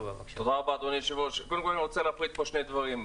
קודם כל אני רוצה להפריד פה בין שני דברים.